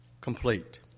complete